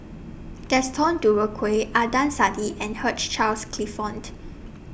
Gaston Dutronquoy Adnan Saidi and Hugh Charles Clifford